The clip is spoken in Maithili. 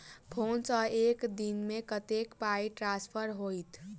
फोन सँ एक दिनमे कतेक पाई ट्रान्सफर होइत?